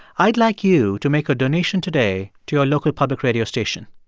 i'd like you to make a donation today to your local public radio station.